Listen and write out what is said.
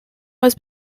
was